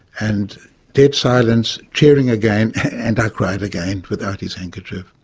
and dead silence, cheering again, and i cried again without his handkerchief.